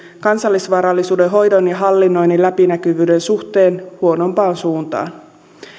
kansallisvarallisuuden hoidon ja hallinnoinnin läpinäkyvyyden suhteen huonompaan suuntaan